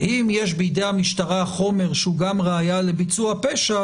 אם יש בידי המשטרה חומר שהוא גם ראיה לביצוע הפשע,